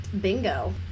Bingo